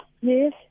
Yes